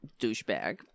douchebag